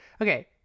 okay